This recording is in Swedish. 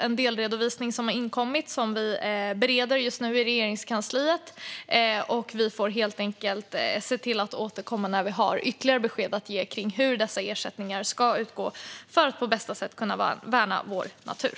En delredovisning har inkommit, och den bereder vi just nu i Regeringskansliet. Vi får helt enkelt återkomma när vi har ytterligare besked att ge kring hur dessa ersättningar ska utgå för att på bästa sätt värna vår natur.